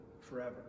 forever